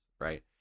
Right